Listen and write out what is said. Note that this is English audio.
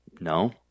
No